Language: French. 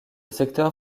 secteur